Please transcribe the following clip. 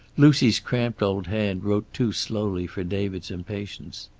lucy's cramped old hand wrote too slowly for david's impatience.